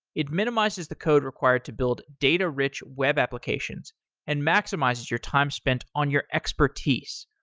it minimizes the code required to build data-rich web applications and maximizes your time spent on your expertise.